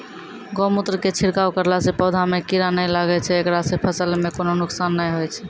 गोमुत्र के छिड़काव करला से पौधा मे कीड़ा नैय लागै छै ऐकरा से फसल मे कोनो नुकसान नैय होय छै?